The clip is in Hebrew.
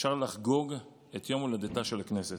אפשר לחגוג את יום הולדתה של הכנסת.